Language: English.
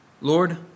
Lord